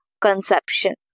conception